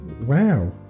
wow